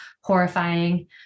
horrifying